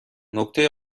نکته